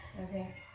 Okay